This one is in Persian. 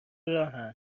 راهن